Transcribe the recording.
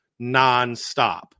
nonstop